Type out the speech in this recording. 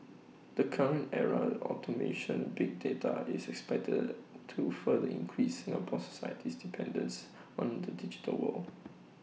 the current era automation big data is expected to further increase Singapore society's dependence on the digital world